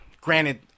granted